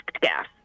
gas